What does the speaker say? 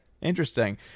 interesting